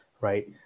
right